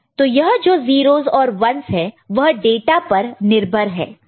तो यह जो 0's और 1's है वह डाटा पर निर्भर है